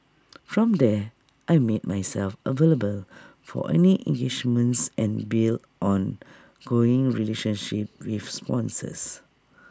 from there I made myself available for any engagements and built an ongoing relationship with sponsors